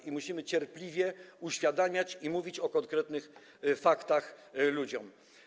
I musimy cierpliwie uświadamiać i mówić o konkretnych faktach ludziom.